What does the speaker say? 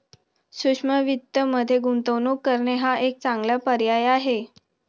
सूक्ष्म वित्तमध्ये गुंतवणूक करणे हा एक चांगला पर्याय आहे